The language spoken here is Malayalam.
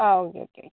ആ ഓക്കെ ഓക്കെ ഓക്കെ